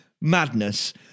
madness